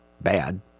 bad